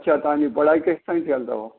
अच्छा तव्हां जी पढ़ाई केसिताईं थियल अथव